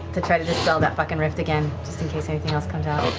to try to dispel that fucking rift again, just in case anything else comes out.